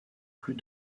plus